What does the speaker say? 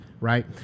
right